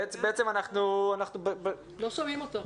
לא שומעים אותך.